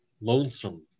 lonesome